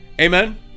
Amen